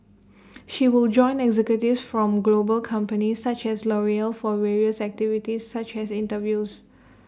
she will join executives from global companies such as L'Oreal for various activities such as interviews